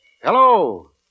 Hello